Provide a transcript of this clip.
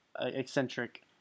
eccentric